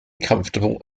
comfortable